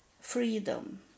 freedom